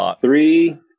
three